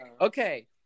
Okay